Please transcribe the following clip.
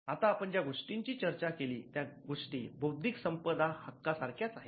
आता आपण ज्या गोष्टीची चर्चा केली त्या गोष्टी बौद्धिक संपदा हक्का सारख्याच आहेत